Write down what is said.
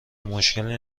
مشکلی